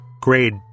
Grade